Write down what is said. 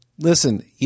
Listen